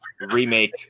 remake